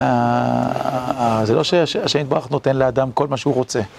זה לא שהשם יתברך נותן לאדם כל מה שהוא רוצה.